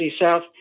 South